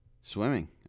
Swimming